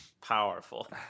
Powerful